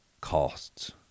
costs